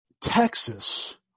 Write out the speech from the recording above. Texas